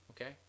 okay